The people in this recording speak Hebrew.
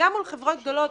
וגם מול חברות גדולות,